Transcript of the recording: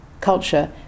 culture